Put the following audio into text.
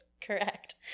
Correct